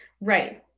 Right